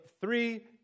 three